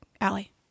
Allie